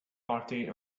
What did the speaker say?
forty